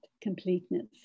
completeness